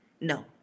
No